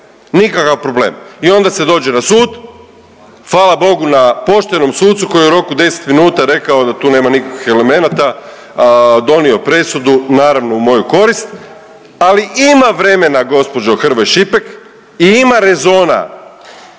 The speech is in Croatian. Nikakav problem. I onda se dođe na sud, fala Bogu na poštenom sucu koji je u roku 10 minuta rekao da tu nema nikakvih elemenata, donio presudu, naravno, u moju korist, ali ima vremena, gđo. Hrvoj Šipek i ima rezona